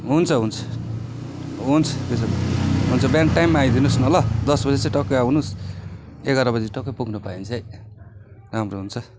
हुन्छ हुन्छ हुन्छ त्यसो भए हुन्छ बिहान टाइममा आइदिनुहोस् न ल दसबजे चाहिँ टक्कै आउनुहोस् एघारबजे टक्कै पुग्नु पायो भने चाहिँ राम्रो हुन्छ